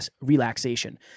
relaxation